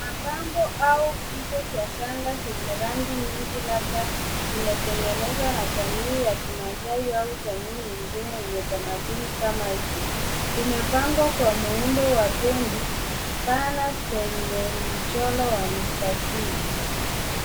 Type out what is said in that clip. Mapambo au vito vya shanga zenye rangi nyingi labda zimetengenezwa na jamii ya Kimaasai au jamii nyingine yenye tamaduni kama hizi. Zimepangwa kwa muundo wa bendi pana zenye mchoro wa mstatili.